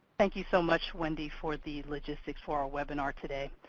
thank you so much, wendy, for the logistics for our webinar today.